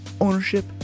Ownership